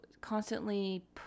constantly